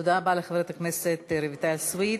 תודה רבה לחברת הכנסת רויטל סויד.